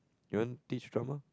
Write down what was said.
you want teach drama